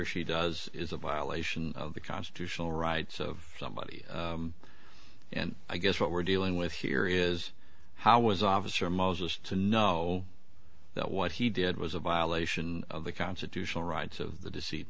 or she does is a violation of the constitutional rights of somebody and i guess what we're dealing with here is how was officer moses to know that what he did was a violation of the constitutional rights of the deceit